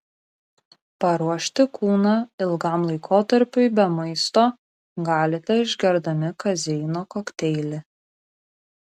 paruošti kūną ilgam laikotarpiui be maisto galite išgerdami kazeino kokteilį